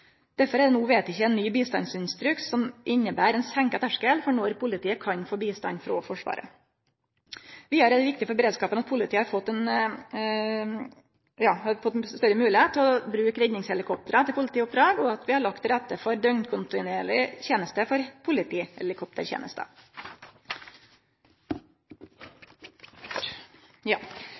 Derfor er det no vedteke ein ny bistandsinstruks som inneber ein senka terskel for når politiet kan få bistand frå Forsvaret. Vidare er det viktig for beredskapen at politiet har fått større moglegheit til å bruke redningshelikoptera til viktige oppdrag, og at det er lagt til rette for døgnkontinuerleg politihelikopterteneste. Det nye nødnettet er sjølvsagt også grunnleggjande for